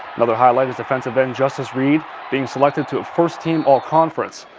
another highlight is defensive end justus reed being selected to a first team all-conference.